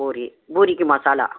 பூரி பூரிக்கு மசாலா